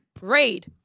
Raid